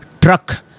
truck